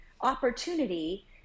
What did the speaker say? opportunity